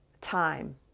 time